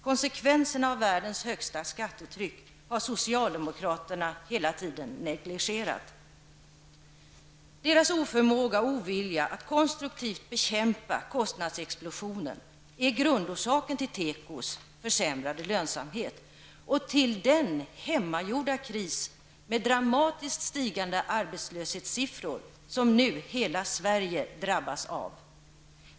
Konsekvenserna av världens högsta skattetryck har socialdemokraterna hela tiden negligerat. Deras oförmåga och ovilja att konstruktivt bekämpa kostnadsexplosionen är grundorsaken till tekos försämrade lönsamhet och till den hemmagjorda kris med dramatiskt stigande arbetslöshetssiffror som nu hela Sverige drabbas av.